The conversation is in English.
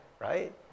right